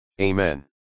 Amen